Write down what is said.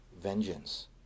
vengeance